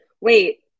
wait